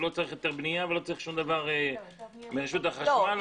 שלא צריך היתר בנייה ושום דבר מרשות החשמל.